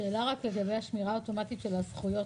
שאלה רק לגבי השמירה האוטומטית של הזכויות,